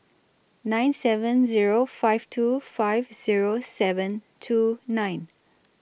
nine seven Zero five two five Zero seven two nine